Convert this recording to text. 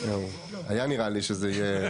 היה נראה לי שזה יהיה.